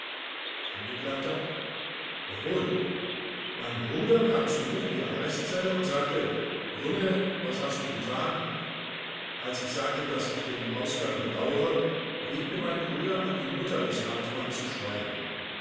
angekl jawohl mein bruder kam zu mir in die arrestzelle und sagte junge was hast du getan als ich sagte daß ich den ausgang bedauere riet mir mein bruder an die mutter des hartmann zu schreiben